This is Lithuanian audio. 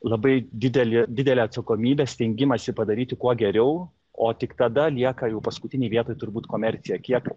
labai didelį didelę atsakomybę stengimąsi padaryti kuo geriau o tik tada lieka jau paskutinėj vietoj turbūt komercija kiek